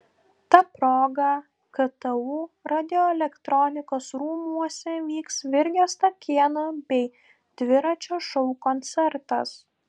ta proga ktu radioelektronikos rūmuose vyks virgio stakėno bei dviračio šou koncertas